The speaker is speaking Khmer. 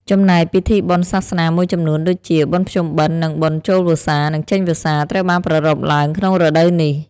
ចំណែកពិធីបុណ្យសាសនាមួយចំនួន ដូចជា បុណ្យភ្ជុំបិណ្ឌ និង បុណ្យចូលវស្សា និង ចេញវស្សា ត្រូវបានប្រារព្ធឡើងក្នុងរដូវនេះ។